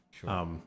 sure